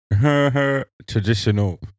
Traditional